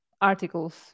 articles